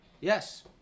yes